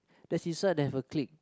does this one have a click